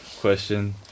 question